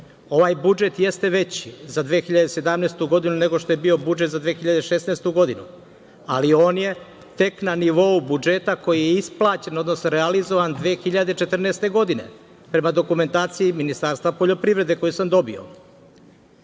budžet jeste veći za 2017. godinu nego što je bio budžet za 2016. godinu, ali on je tek na nivou budžeta koji je isplaćen, odnosno realizovan 2014. godine prema dokumentaciji Ministarstva poljoprivrede koju sam dobio. Ako